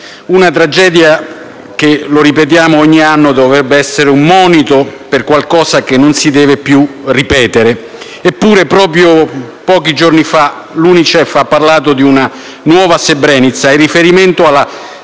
una tragedia che - lo ripetiamo ogni anno - dovrebbe essere un monito per qualcosa che non si deve più ripetere. Eppure, proprio pochi giorni fa, l'UNICEF ha parlato di una nuova Srebrenica, in riferimento alla